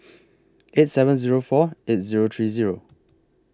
eight seven Zero four eight Zero three Zero